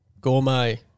gourmet